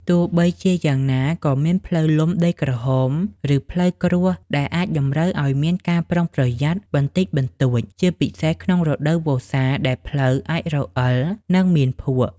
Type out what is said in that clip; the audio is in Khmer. ទោះបីជាយ៉ាងណា ក៏មានផ្លូវលំដីក្រហម ឬផ្លូវគ្រួសដែលអាចតម្រូវឲ្យមានការប្រុងប្រយ័ត្នបន្តិចបន្តួច ជាពិសេសក្នុងរដូវវស្សាដែលផ្លូវអាចរអិលនិងមានភក់។